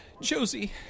Josie